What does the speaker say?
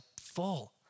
full